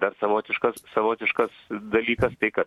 dar savotiškas savotiškas dalykas tai kad